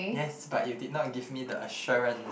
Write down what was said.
yes but you did not give me the assurance